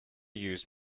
used